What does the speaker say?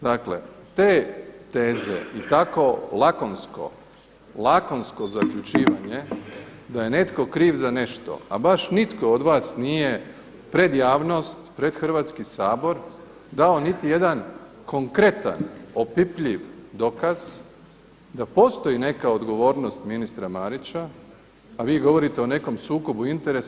Dakle, te teze i tako lakonsko zaključivanje da je netko kriv za nešto, a baš nitko od vas nije pred javnost, pred Hrvatski sabor dao niti jedan konkretan opipljiv dokaz da postoji neka odgovornost ministra Marića, a vi govorite o nekom sukobu interesa.